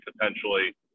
potentially